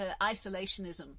isolationism